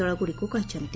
ଦଳଗୁଡ଼ିକୁ କହିଚ୍ଛନ୍ତି